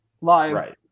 live